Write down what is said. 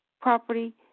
property